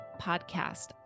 podcast